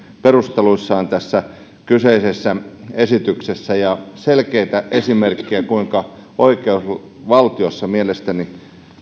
perusteluissaan tässä kyseisessä esityksessä selkeitä esimerkkejä kuinka oikeusvaltiossa mielestäni